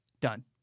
done